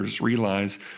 realize